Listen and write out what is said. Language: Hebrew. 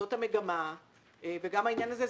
זאת המגמה וגם העניין הזה.